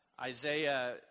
Isaiah